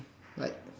right